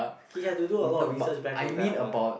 he had to do a lot of research back on that what